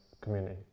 community